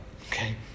okay